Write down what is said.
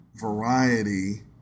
variety